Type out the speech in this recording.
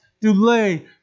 delay